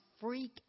freak